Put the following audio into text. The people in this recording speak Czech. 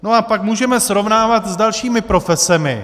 No a pak můžeme srovnávat s dalšími profesemi.